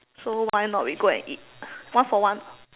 so why not we go and eat one for one